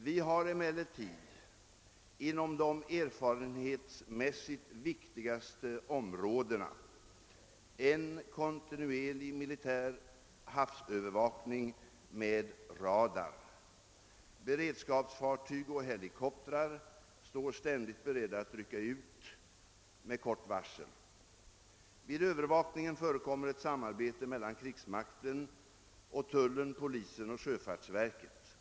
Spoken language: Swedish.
Vi har emellertid inom de erfarenhetsmässigt viktigaste områdena en kontinuerlig militär havsövervakning med radar. Beredskapsfartyg och helikoptrar står ständigt beredda att rycka ut med kort varsel. Vid övervakningen förekommer ett samarbete mellan krigsmakten och tullen, polisen och sjöfartsverket.